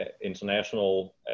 international